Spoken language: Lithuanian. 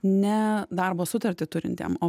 ne darbo sutartį turintiem o